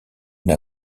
une